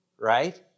right